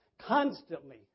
constantly